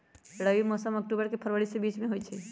रबी मौसम अक्टूबर से फ़रवरी के बीच में होई छई